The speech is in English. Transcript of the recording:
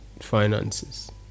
finances